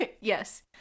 Yes